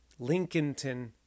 Lincolnton